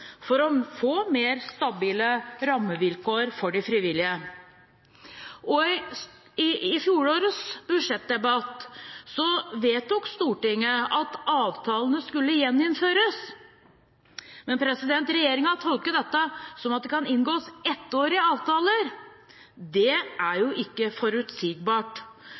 for å få mer stabile rammevilkår for de frivillige. I fjorårets budsjettdebatt vedtok Stortinget at avtalene skulle gjeninnføres, men regjeringen har tolket dette som at det kan inngås ettårige avtaler. Det er jo ikke forutsigbart.